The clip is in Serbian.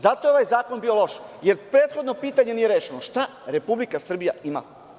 Zato je ovaj zakon bio loš, jer prethodno pitanje nije rešeno - šta Republika Srbija ima?